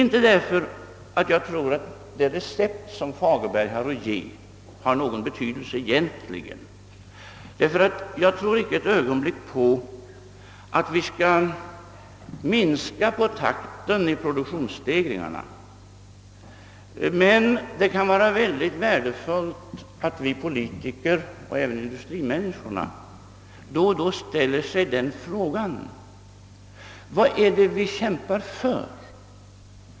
Jag tror nu inte att det recept, som Fagerberg har att ge, egentligen har någon betydelse, därför att jag inte ett ögonblick tror på att vi skall kunna minska takten i produktionsstegringarna. Det kan emellertid vara mycket värdefullt att vi politiker och även industrimänniskorna då och då frågar: Vad är det vi kämpar för?